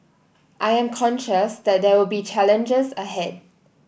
I am conscious that there will be challenges ahead